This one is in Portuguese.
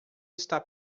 está